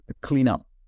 cleanup